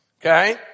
okay